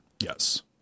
Yes